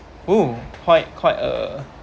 oh quite quite uh